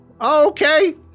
okay